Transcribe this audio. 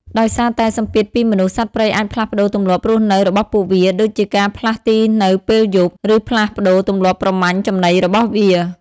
ដោយសារតែសម្ពាធពីមនុស្ស សត្វព្រៃអាចផ្លាស់ប្តូរទម្លាប់រស់នៅរបស់ពួកវា ដូចជាការផ្លាស់ទីនៅពេលយប់ ឬផ្លាស់ប្តូរទម្លាប់ប្រមាញ់ចំណីរបស់វា។